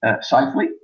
Safely